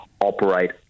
operate